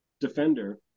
defender